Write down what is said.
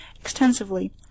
extensively